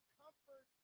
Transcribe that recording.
comfort